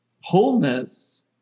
wholeness